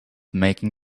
making